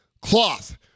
cloth